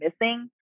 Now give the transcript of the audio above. missing